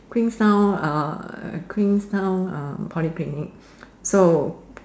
Queenstown uh Queenstown uh Polyclinic so